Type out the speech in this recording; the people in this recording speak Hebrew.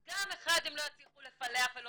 אז גם פעם אחת הם לא יצליחו לפלח ולא